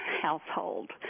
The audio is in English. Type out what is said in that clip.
household